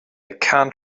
can’t